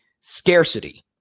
scarcity